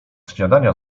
śniadania